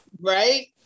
Right